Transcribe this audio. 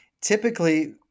typically